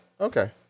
okay